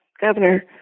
Governor